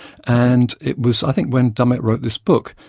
and it was, i think when dummett wrote this book,